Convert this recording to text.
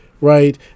Right